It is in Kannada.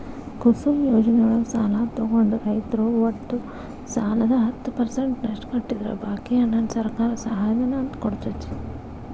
ಕುಸುಮ್ ಯೋಜನೆಯೊಳಗ ಸಾಲ ತೊಗೊಂಡ ರೈತರು ಒಟ್ಟು ಸಾಲದ ಹತ್ತ ಪರ್ಸೆಂಟನಷ್ಟ ಕಟ್ಟಿದ್ರ ಬಾಕಿ ಹಣಾನ ಸರ್ಕಾರ ಸಹಾಯಧನ ಅಂತ ಕೊಡ್ತೇತಿ